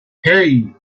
hey